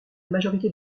majorité